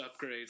upgrades